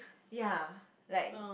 ya like